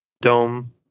dome